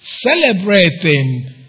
celebrating